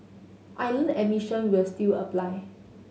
island admission will still apply